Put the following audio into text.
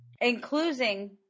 Including